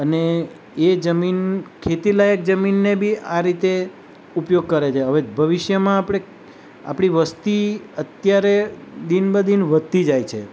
અને એ જમીન ખેતીલાયક જમીનને બી આ રીતે ઉપયોગ કરે છે હવે ભવિષ્યમાં આપણે આપણી વસ્તી અત્યારે દિન બ દિન વધતી જાય છે